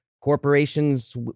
corporations